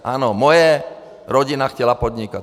Ano, moje rodina chtěla podnikat.